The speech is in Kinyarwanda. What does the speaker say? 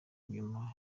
nyuma